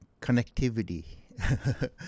connectivity